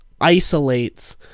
isolates